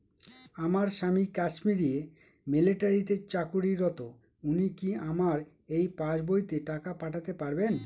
আমার স্বামী কাশ্মীরে মিলিটারিতে চাকুরিরত উনি কি আমার এই পাসবইতে টাকা পাঠাতে পারবেন?